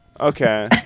Okay